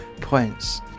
points